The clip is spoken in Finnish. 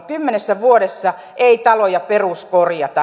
kymmenessä vuodessa ei taloja peruskorjata